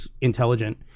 intelligent